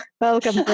welcome